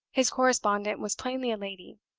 his correspondent was plainly a lady,